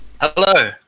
Hello